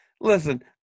Listen